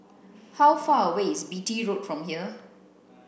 how far away is Beatty Road from here